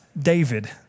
David